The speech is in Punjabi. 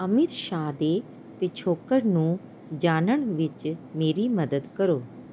ਅਮਿਤ ਸ਼ਾਹ ਦੇ ਪਿਛੋਕੜ ਨੂੰ ਜਾਣਨ ਵਿੱਚ ਮੇਰੀ ਮਦਦ ਕਰੋ